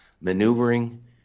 maneuvering